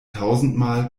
tausendmal